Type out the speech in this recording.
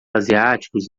asiáticos